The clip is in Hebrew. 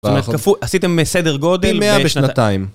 זאת אומרת כפול, עשיתם סדר גודל? פי 100 בשנתיים